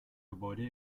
gebäude